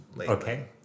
Okay